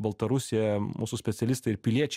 baltarusiją mūsų specialistai ir piliečiai